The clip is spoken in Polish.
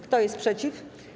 Kto jest przeciw?